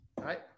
Right